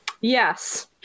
Yes